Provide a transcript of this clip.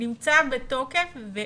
נמצא בתוקף וקורה.